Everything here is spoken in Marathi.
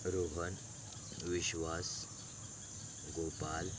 रोहन विश्वास गोपाल